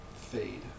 Fade